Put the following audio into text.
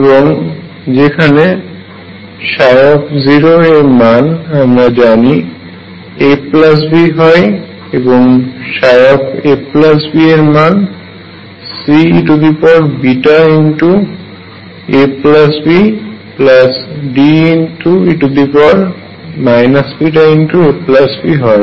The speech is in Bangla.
এবং যেখানে ψ এর মান আমরা জানি AB হয় এবং ψab এর মান CeβabDe βab হয়